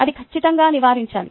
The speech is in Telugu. అది ఖచ్చితంగా నివారించాలి